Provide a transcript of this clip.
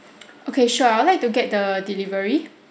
okay sure I would like to get the delivery